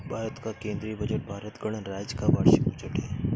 भारत का केंद्रीय बजट भारत गणराज्य का वार्षिक बजट है